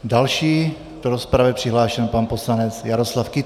Další do rozpravy je přihlášen pan poslanec Jaroslav Kytýr.